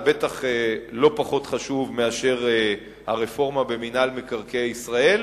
זה בטח לא פחות חשוב מהרפורמה במינהל מקרקעי ישראל,